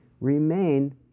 remain